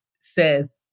says